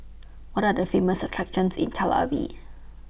What Are The Famous attractions in Tel Aviv